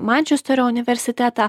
mančesterio universitetą